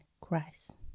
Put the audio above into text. Christ